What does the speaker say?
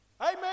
Amen